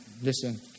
listen